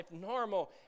normal